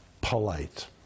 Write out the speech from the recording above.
polite